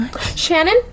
Shannon